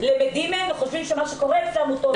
לומדים מהם וחושבים שמה שקורה אצלם הוא טוב.